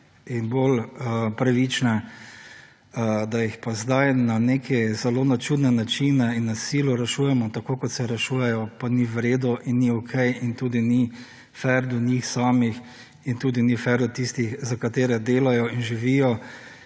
in bolj pravične, da jih pa zdaj na neke, zelo na čudne načine in na silo rešujemo, tako kot se rešujejo, pa ni v redu in ni okej in tudi ni »fer« do njih samih in tudi ni »fer« do tistih, za katere delajo in živijo